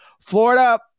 Florida